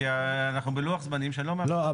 כי אנחנו בלוח זמנים שלא מאפשר.